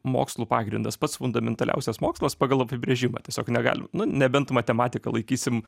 mokslų pagrindas pats fundamentaliausias mokslas pagal apibrėžimą tiesiog negali nu nebent matematiką laikysim